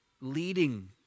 leading